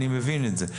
אני מבין את זה,